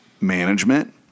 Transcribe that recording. management